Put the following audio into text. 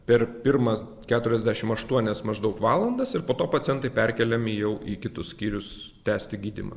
per pirmas keturiasdešim aštuonias maždaug valandas ir po to pacientai perkeliami jau į kitus skyrius tęsti gydymą